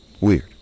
weird